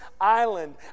island